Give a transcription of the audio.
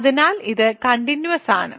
അതിനാൽ ഇത് കണ്ടിന്യൂസ് ആണ്